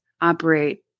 operate